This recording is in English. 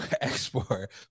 export